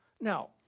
Now